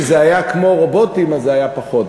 כשזה היה כמו רובוטים אז זה היה פחות,